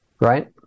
right